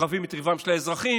שרבים את ריבם של האזרחים,